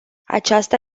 aceasta